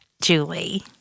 Julie